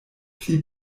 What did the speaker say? pli